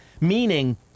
Meaning